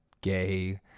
gay